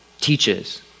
teaches